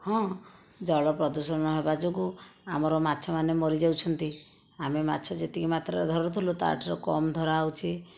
ହଁ ଜଳ ପ୍ରଦୂଷଣ ହେବା ଯୋଗୁଁ ଆମର ମାଛମାନେ ମରିଯାଉଛନ୍ତି ଆମେ ମାଛ ଯେତିକି ମାତ୍ରା ଧରୁଥିଲୁ ତାଠାରୁ କମ ଧରା ହେଉଛି